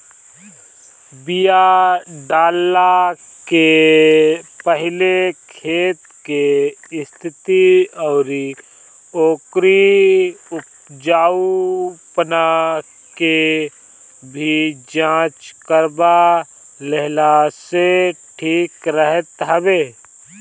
बिया डालला के पहिले खेत के स्थिति अउरी ओकरी उपजाऊपना के भी जांच करवा लेहला से ठीक रहत हवे